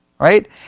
Right